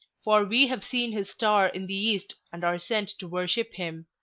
for we have seen his star in the east and are sent to worship him.